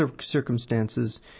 circumstances